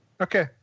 Okay